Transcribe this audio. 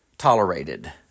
tolerated